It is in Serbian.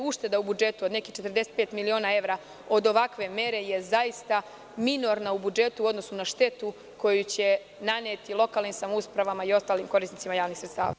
Ušteda u budžetu od nekih 45 miliona evra od ovakve mere je zaista minorna u budžetu u odnosu na štetu koju će naneti lokalnim samoupravama i ostalim korisnicima javnih sredstava.